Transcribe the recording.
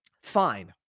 fine